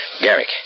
Garrick